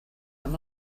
amb